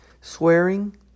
swearing